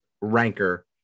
ranker